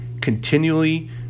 continually